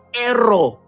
error